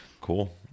Cool